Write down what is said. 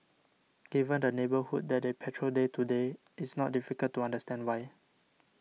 given the neighbourhood that they patrol day to day it's not difficult to understand why